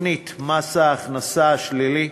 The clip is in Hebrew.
תוכנית מס ההכנסה השלילי,